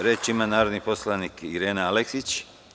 Reč ima narodna poslanica Irena Aleksić.